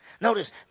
Notice